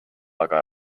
aga